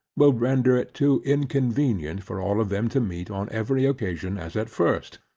will render it too inconvenient for all of them to meet on every occasion as at first,